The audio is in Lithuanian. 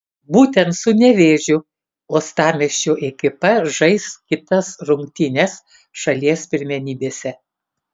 būtent su nevėžiu uostamiesčio ekipa žais kitas rungtynes šalies pirmenybėse